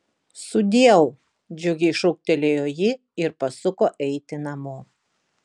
sudieu džiugiai šūktelėjo ji ir pasuko eiti namo